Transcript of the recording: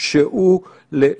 שדרך אגב,